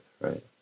right